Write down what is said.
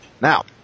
Now